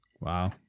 Wow